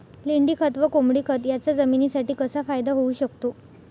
लेंडीखत व कोंबडीखत याचा जमिनीसाठी कसा फायदा होऊ शकतो?